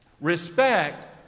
Respect